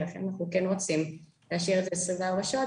ולכן אנחנו כן רוצים להשאיר את זה 24 שעות,